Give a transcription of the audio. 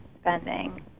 spending